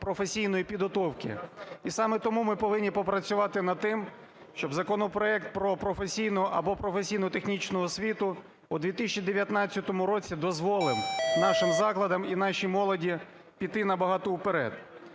професійної підготовки. І саме тому ми повинні попрацювати над тим, щоб законопроект про професійну або професійно-технічну освіту у 2019 році дозволив нашим закладам і нашій молоді піти набагато вперед.